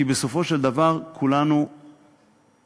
כי בסופו של דבר כולנו נצטרך,